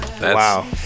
Wow